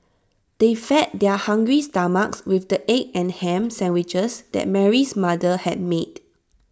they fed their hungry stomachs with the egg and Ham Sandwiches that Mary's mother had made